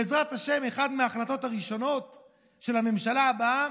בעזרת השם, אחת מההחלטות הראשונות של הממשלה הבאה